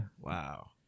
Wow